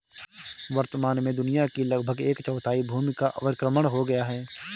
वर्तमान में दुनिया की लगभग एक चौथाई भूमि का अवक्रमण हो गया है